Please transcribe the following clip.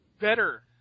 better